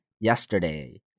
yesterday